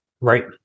Right